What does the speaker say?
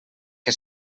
què